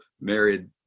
married